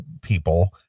people